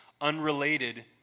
unrelated